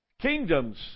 kingdoms